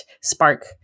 spark